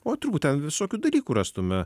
oi turbūt ten visokių dalykų rastume